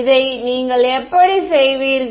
இதை நீங்கள் எப்படி செய்வீர்கள்